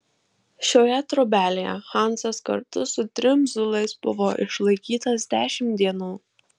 šioje trobelėje hansas kartu su trim zulais buvo išlaikytas dešimt dienų